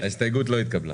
ההסתייגות לא התקבלה.